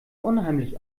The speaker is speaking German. unheimlich